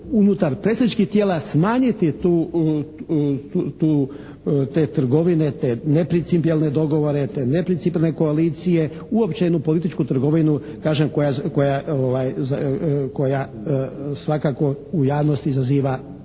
unutar predstavničkih tijela smanjiti te trgovine, te neprincipijelne dogovore, te neprincipijelne koalicije, uopće jednu političku trgovinu kažem koja svakako u javnosti izaziva